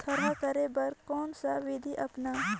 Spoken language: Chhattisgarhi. थरहा करे बर कौन सा विधि अपन?